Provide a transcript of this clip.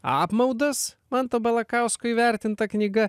apmaudas manto balakausko įvertinta knyga